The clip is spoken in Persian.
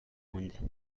مونده